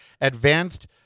advanced